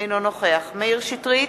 אינו נוכח מאיר שטרית,